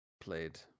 played